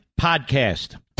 Podcast